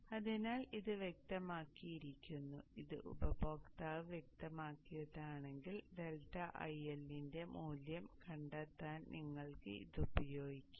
അതിനാൽ ഇത് വ്യക്തമാക്കിയിരിക്കുന്നു ഇത് ഉപയോക്താവ് വ്യക്തമാക്കിയതാണെങ്കിൽ ഡെൽറ്റ IL ന്റെ മൂല്യം കണ്ടെത്താൻ നിങ്ങൾക്ക് ഇത് ഉപയോഗിക്കാം